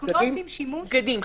בגדים.